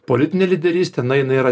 politinė lyderystė na jinai yra